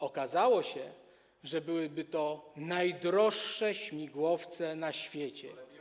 Okazało się, że byłyby to najdroższe śmigłowce na świecie.